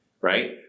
right